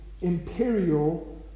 imperial